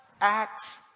acts